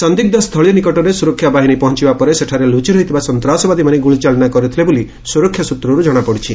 ସନ୍ଦିଗ୍ପସ୍ଥଳୀ ନିକଟରେ ସୁରକ୍ଷା ବାହିନୀ ପହଞ୍ ପରେ ସେଠାରେ ଲୁଚି ରହିଥିବା ସନ୍ତାସବାଦୀମାନେ ଗୁଳିଚାଳନା କରିଥିଲେ ବୋଲି ସୁରକ୍ଷା ସୂତ୍ରରୁ ଜଣାପଡ଼ିଛି